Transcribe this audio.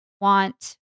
want